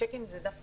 זה שייך